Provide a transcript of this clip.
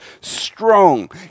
strong